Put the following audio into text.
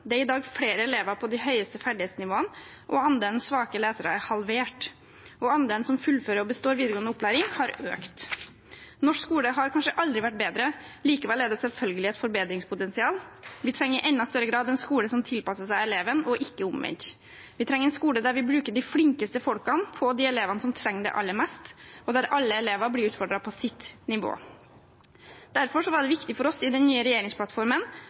Det er i dag flere elever på de høyeste ferdighetsnivåene. Andelen svake lesere er halvert, og andelen som fullfører og består videregående opplæring, har økt. Norsk skole har kanskje aldri vært bedre. Likevel er det selvfølgelig et forbedringspotensial. Vi trenger i enda større grad en skole som tilpasser seg eleven, og ikke omvendt. Vi trenger en skole der vi bruker de flinkeste folkene på de elevene som trenger det aller mest, og der alle elevene blir utfordret på sitt nivå. Derfor var det viktig for oss i den nye regjeringsplattformen